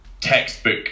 textbook